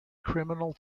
criminal